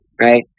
right